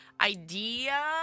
idea